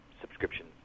subscription